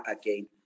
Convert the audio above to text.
again